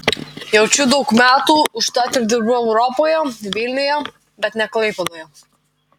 jaučiu daug metų užtat ir dirbu europoje vilniuje bet ne klaipėdoje